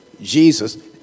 Jesus